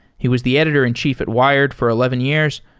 he was the editor-in-chief at wired for eleven years,